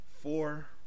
Four